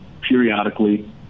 periodically